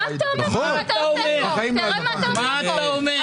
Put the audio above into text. תראה מה אתה עושה פה.